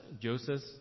Joseph